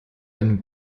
einen